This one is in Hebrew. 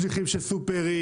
שליחים של סופרמרקטים,